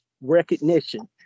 recognition